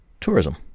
tourism